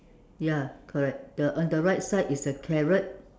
ya correct the on the right side is the carrot